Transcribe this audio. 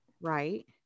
Right